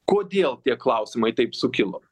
kodėl tie klausimai taip sukilo